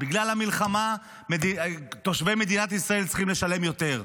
בגלל המלחמה תושבי מדינת ישראל צריכים לשלם יותר.